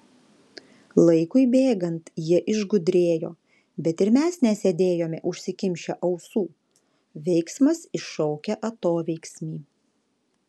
laikui bėgant jie išgudrėjo bet ir mes nesėdėjome užsikimšę ausų veiksmas iššaukia atoveiksmį